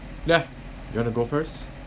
ya you want to go first